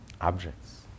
objects